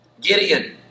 Gideon